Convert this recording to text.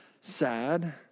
sad